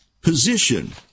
position